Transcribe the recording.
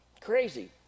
Crazy